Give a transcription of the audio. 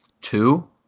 two